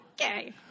okay